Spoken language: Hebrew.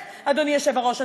אדוני היושב-ראש,